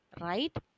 right